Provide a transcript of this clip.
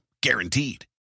Guaranteed